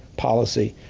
policy,